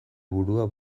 burua